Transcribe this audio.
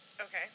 Okay